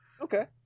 Okay